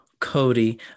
Cody